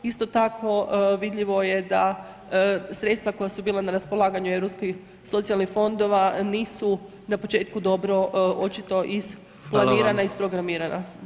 Isto tako vidljivo je da sredstva koja su bila na raspolaganju Europskih socijalnih fondova nisu na početku dobro očito isplanirana, isprogramirana.